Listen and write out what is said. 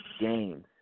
games